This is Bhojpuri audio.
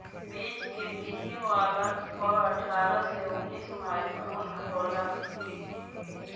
बीच के किसिम वाला कअ अट्ठारह से उन्नीस माइक्रोन होला